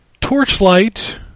Torchlight